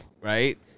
right